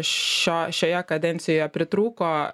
šio šioje kadencijoje pritrūko